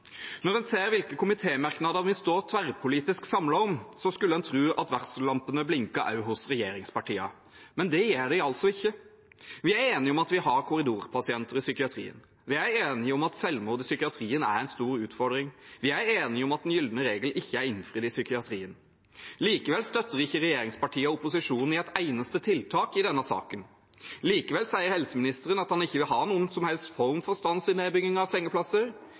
Når en ser hvilke komitémerknader vi står tverrpolitisk samlet om, skulle en tro at varsellampene blinket også hos regjeringspartiene, men det gjør de altså ikke. Vi er enige om at vi har korridorpasienter i psykiatrien, vi er enige om at selvmord i psykiatrien er en stor utfordring, vi er enige om at den gylne regel ikke er innfridd i psykiatrien. Likevel støtter ikke regjeringspartiene opposisjonen i et eneste tiltak i denne saken, og likevel sier helseministeren at han ikke vil ha noen som helst form for stans i nedbygging av sengeplasser,